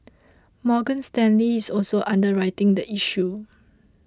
Morgan Stanley is also underwriting the issue